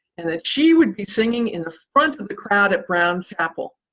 and that she would be singing in the front of the crowd at brown chapel.